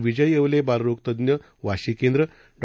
विजययेवले बालरोगतज्ञवाशीकेंद्र डॉ